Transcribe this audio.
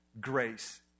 grace